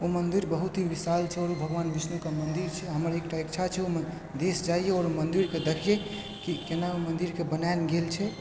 ओ मंदिर बहुत ही विशाल छै ओहिमे भगवान विष्णुके मन्दिर छै हमर एकटा इच्छा छै ओ मन्दिर दिस जाइ आओर ओ मन्दिरके देखिए कि केना ओ मन्दिरके बनाओल गेल छै